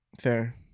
Fair